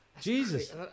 Jesus